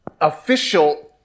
official